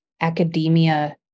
academia